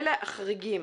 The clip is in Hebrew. אלה החריגים.